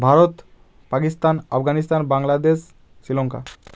Bharat Pakistan Afghanistan Bangladesh Sri Lanka